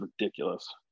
ridiculous